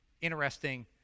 interesting